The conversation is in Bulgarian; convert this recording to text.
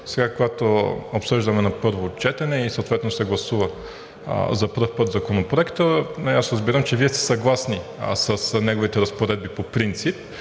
сега, когато обсъждаме на първо четене и съответно се гласува за пръв път Законопроектът, аз разбирам, че Вие сте съгласни с неговите разпоредби по принцип